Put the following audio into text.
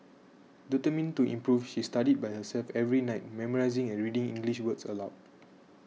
determined to improve she studied by herself every night memorising and reading English words aloud